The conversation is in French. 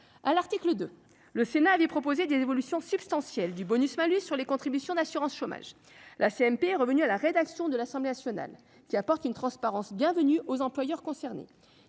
à l'article de le Sénat avait proposé des évolutions substantielles du bonus-malus sur les contributions d'assurance chômage, la CMP, revenu à la rédaction de l'Assemblée nationale, qui apporte une transparence bienvenue aux employeurs concernés